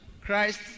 Christ